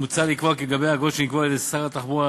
מוצע לקבוע כי לגבי אגרות שנקבעו על-ידי שר התחבורה